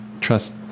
trust